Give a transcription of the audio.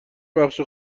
بخش